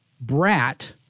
brat